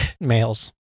males